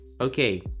Okay